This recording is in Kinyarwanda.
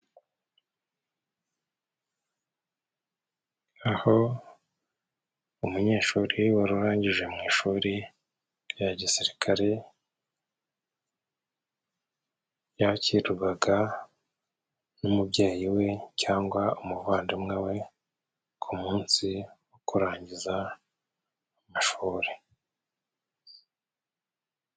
Aho umunyeshuri wari urangije mu ishuri rya gisirikare yakirwaga n'umubyeyi we cangwa umuvandimwe we ku munsi wo kurangiza amashuri.